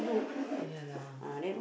ya lah